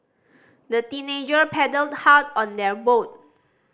the teenagers paddled hard on their boat